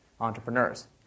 entrepreneurs